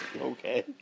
Okay